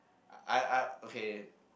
I I okay